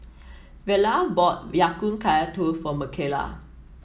Verla bought Ya Kun Kaya Toast for Micayla